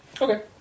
Okay